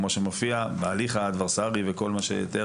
כמו שמופיע בהליך האדברסרי וכל מה שתיאר